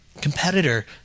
competitor